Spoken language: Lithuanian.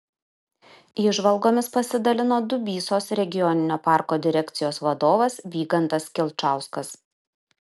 įžvalgomis pasidalino dubysos regioninio parko direkcijos vadovas vygantas kilčauskas